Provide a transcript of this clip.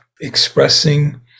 expressing